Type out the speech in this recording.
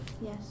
Yes